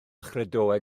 chredoau